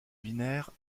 binaires